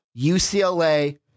UCLA